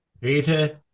Peter